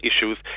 issues